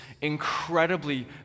incredibly